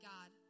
God